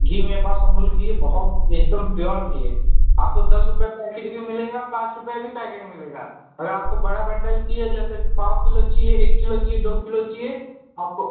घी मेरे पास अमूल घी है बहुत एकदम प्योर घी है आपको दस रुपये पैकिट भी मिलेगा पाँच रुपये भी पैकिट मिलेगा अगर आपको बड़ा बंडल चाहिए जैसे पाँच किलो चाहिए एक किलो चाहिए दो किलो चाहिए आपको